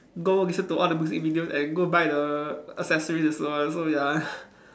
go listen to all the music videos and go buy the accessories also so ya